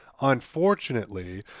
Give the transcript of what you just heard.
unfortunately